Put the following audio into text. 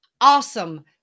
awesome